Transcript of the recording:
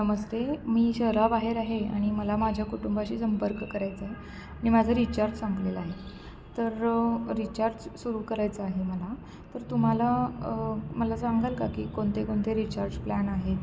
नमस्ते मी शहराबाहेर आहे आणि मला माझ्या कुटुंबाशी संपर्क करायचा आहे आणि माझं रिचार्ज संपलेला आहे तर रिचार्ज सुरू करायचं आहे मला तर तुम्हाला मला सांगाल का की कोणते कोणते रिचार्ज प्लॅन आहेत